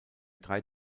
drei